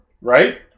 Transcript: Right